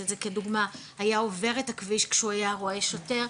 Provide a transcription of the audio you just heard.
את זה כדוגמא - היה עובר את הכביש כשהוא היה רואה שוטר,